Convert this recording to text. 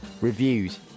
Reviews